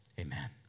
Amen